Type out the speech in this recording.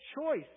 choice